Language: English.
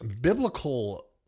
biblical